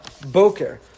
Boker